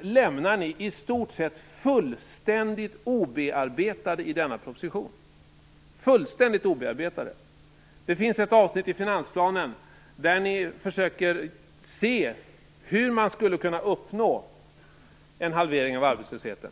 lämnar ni i stort sett fullständigt obearbetade i denna proposition. Det finns ett avsnitt i finansplanen där ni försöker se hur man skulle kunna uppnå en halvering av arbetslösheten.